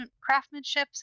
craftsmanship